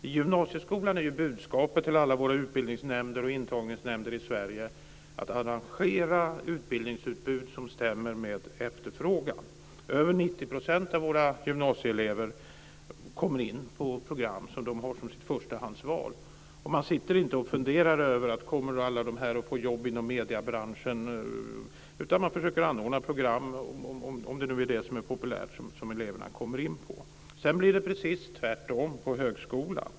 I gymnasieskolan är budskapet till alla utbildnings och intagningsnämnder i Sverige att arrangera ett utbildningsutbud som stämmer med efterfrågan. Över 90 % av våra gymnasieelever kommer in på program som de har som sitt förstahandsval. Man sitter inte och funderar över huruvida alla dessa kommer att få jobb inom mediebranschen, om det nu är det som är populärt, utan man försöker anordna program som eleverna kommer in på. Sedan blir det precis tvärtom på högskolan.